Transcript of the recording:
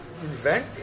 invent